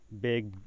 big